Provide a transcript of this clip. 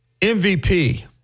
MVP